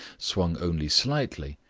swung only slightly,